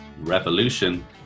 revolution